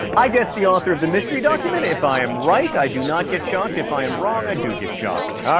i guess the author of the mystery document. if am right, i do not get shocked if i am wrong, i do get shocked. ah